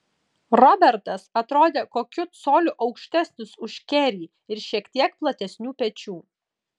robertas atrodė kokiu coliu aukštesnis už kerį ir šiek tiek platesnių pečių